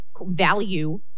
value